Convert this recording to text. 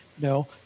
No